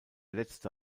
letzte